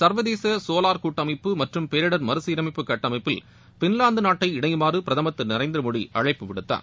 சர்வதேச சோலார் கூட்டமைப்பு மற்றும் பேரிடர் மறுசீரமைப்பு கட்டமைப்பில் ஃபின்வாந்து நாடு இணையுமாறு பிரதமர் திரு நரேந்திர மோடி அழைப்பு விடுத்தார்